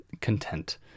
content